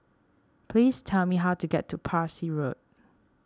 please tell me how to get to Parsi Road